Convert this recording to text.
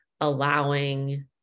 allowing